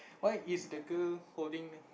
why is the girl holding